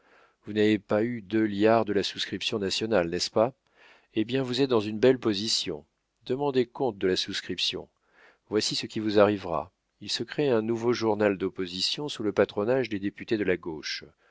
vous n'avez pas eu deux liards de la souscription nationale n'est-ce pas eh bien vous êtes dans une belle position demandez compte de la souscription voici ce qui vous arrivera il se crée un nouveau journal d'opposition sous le patronage des députés de la gauche